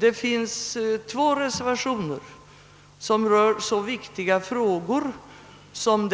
Det finns två reservationer, som rör så viktiga frågor som